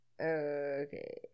Okay